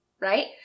Right